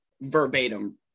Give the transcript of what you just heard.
verbatim